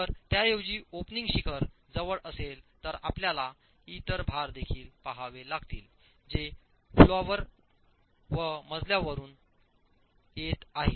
जर त्याऐवजी ओपनिंग शिखर जवळ असेल तर आपल्याला इतर भार देखील पहावे लागतील जे फ्लॉवर व मजल्यावरून येत आहेत